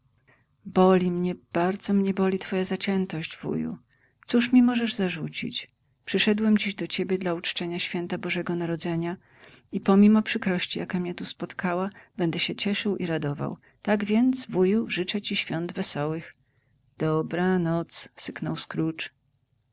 boli mnie bardzo mię boli twoja zaciętość wuju cóż mi możesz zarzucić przyszedłem dziś do ciebie dla uczczenia święta bożego narodzenia i pomimo przykrości jaka mię tu spotkała będę się cieszył i radował tak więc wuju życzę ci świąt wesołych dobranoc syknął